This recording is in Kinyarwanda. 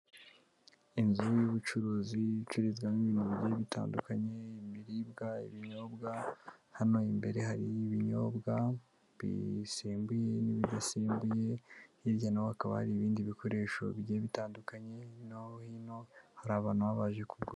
Inzu y'ubucuruzi icururizwamo ibintu bigiye bitandukanye, ibiribwa, ibinyobwa, hano imbere hari ibinyobwa bisembuye n'ibidasimbuye, hirya na ho hakaba hari ibindi bikoresho bigiye bitandukanye, noneho hino hari abantu baba baje kugura.